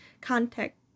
contact